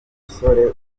musore